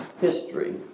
history